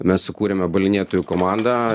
mes sukūrėme balinėtojų komandą